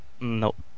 Nope